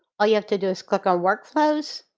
all you have to do is click on workflows.